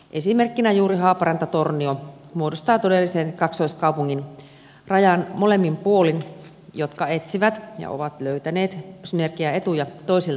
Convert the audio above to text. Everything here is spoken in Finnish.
esimerkkinä juuri haaparantatornio muodostaa todellisen kaksoiskaupungin rajan molemmin puolin ja ne etsivät ja ovat löytäneet synergiaetuja toisiltansa